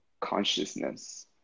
consciousness